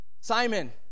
Simon